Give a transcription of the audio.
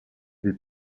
des